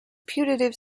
putative